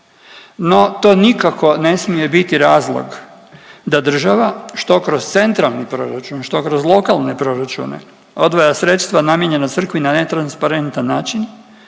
no to nikako ne smije biti razlog da država, što kroz centralni proračun, što kroz lokalne proračune, odvaja sredstva namijenjena Crkvi na netransparentan način,